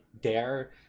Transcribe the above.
dare